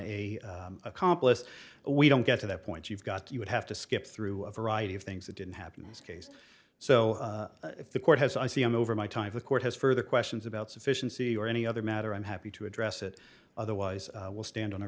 a accomplice we don't get to that point you've got to you would have to skip through a variety of things that didn't happen in this case so if the court has i c m over my time the court has further questions about sufficiency or any other matter i'm happy to address it otherwise we'll stand on